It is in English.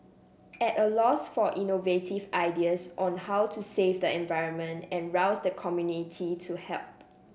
at a loss for innovative ideas on how to save the environment and rouse the community to help